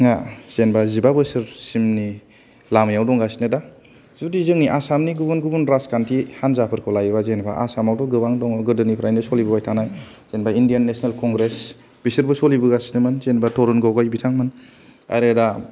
जेनेबा जिबा बोसोर सिमनि लामायाव दं गासिनो दा जुदि जोंनि आसामनि गुबुन गुबुन राजखान्थि हान्जाफोरखौ लायोबा जेनेबा आसामावथ' गोबां दं गोदोनिफ्रायनो सलिबोबाय थानाय जेनेबा इण्डियान नेसनेल कंग्रेस बिसोरबो सलिबोगासिनोमोन जेनेबा तरुन गगै बिथांमोन आरो दा